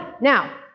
Now